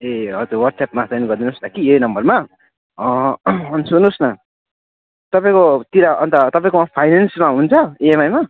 ए हजुर वाट्सएपमा सेन्ड गरिदिनुहोस् न कि यही नम्बरमा अनि सुन्नुहोस् न तपाईँकोतिर अन्त तपाईँंको फाइनेन्समा हुन्छ इएमआईमा